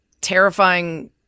terrifying